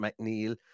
McNeil